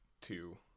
two